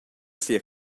sia